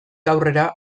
aurrera